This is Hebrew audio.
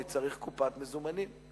אני צריך קופת מזומנים.